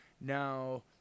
now